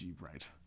right